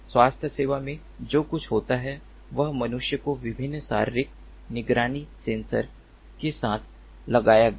स्वास्थ्य सेवा में जो कुछ होता है वह मनुष्य को विभिन्न शारीरिक निगरानी सेंसर के साथ लगाया जाता है